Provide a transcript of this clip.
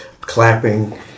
clapping